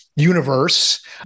universe